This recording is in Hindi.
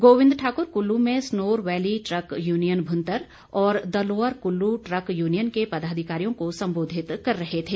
गोविंद ठाकुर कुल्लू में Sanor valley truck union Bhuntar और the lower Kullu truck union के पदाधिकारियों को सम्बोधित कर रहे थे